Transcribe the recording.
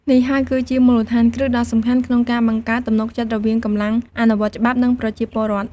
នេះហើយគឺជាមូលដ្ឋានគ្រឹះដ៏សំខាន់ក្នុងការបង្កើតទំនុកចិត្តរវាងកម្លាំងអនុវត្តច្បាប់ និងប្រជាពលរដ្ឋ។